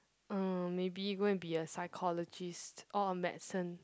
uh maybe go and be a psychologist or uh medicine